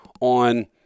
on